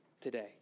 today